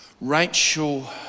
Rachel